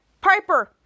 Piper